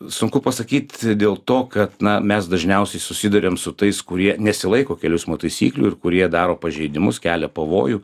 sunku pasakyt dėl to kad na mes dažniausiai susiduriam su tais kurie nesilaiko kelių eismo taisyklių ir kurie daro pažeidimus kelia pavojų